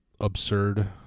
absurd